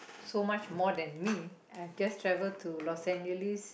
so much more than me I just travel to Los Angeles